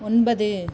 ஒன்பது